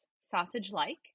sausage-like